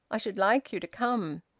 i should like you to come.